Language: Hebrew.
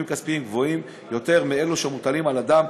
כספיים גבוהים יותר מאלו שמוטלים על אדם,